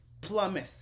plummet